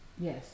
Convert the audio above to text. Yes